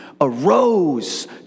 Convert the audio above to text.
arose